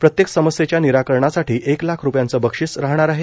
प्रत्येक समस्येच्या निराकरणासाठी एक लाख रुपयांचं बक्षिस राहणार आहे